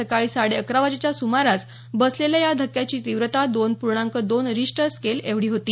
सकाळी साडे अकरा वाजेच्या सुमारास बसलेल्या या धक्क्याची तीव्रता दोन पूर्णांक दोन रिश्टर स्केल एवढी होती